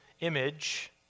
Image